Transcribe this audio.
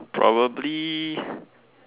probably